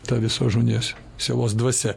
ta visos žmonijos sielos dvasia